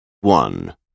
one